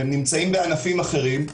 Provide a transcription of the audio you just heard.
והם נמצאים בענפים אחרים,